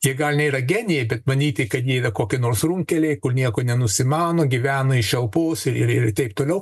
jie gal nėra genijai bet manyti kad jie yra kokie nors runkeliai kur nieko nenusimano gyvena iš šalpos ir ir ir taip toliau